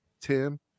Tim